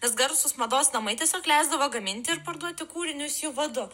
nes garsūs mados namai tiesiog leisdavo gaminti ir parduoti kūrinius jų vadu